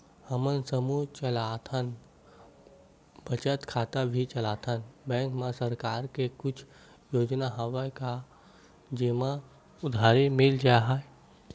हमन समूह चलाथन बचत खाता भी चलाथन बैंक मा सरकार के कुछ योजना हवय का जेमा उधारी मिल जाय?